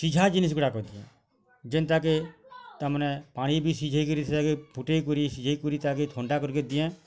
ସିଝା ଜିନିଷ୍ଗୁଡ଼ା ଦିଏଁ ଯେନ୍ତା କେ ତାମାନେ ପାଣି ବି ସିଝେଇ କିରି ସେ ଯାକେ ଫୁଟେଇ ପରି ସିଝେଇ କରି ତାକେ ଥଣ୍ଡା କରି କିରିଁ ଦିଏଁ